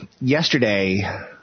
yesterday